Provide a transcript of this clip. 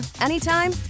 anytime